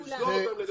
לסגור אותם לגמרי.